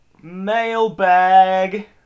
mailbag